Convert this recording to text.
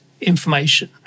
information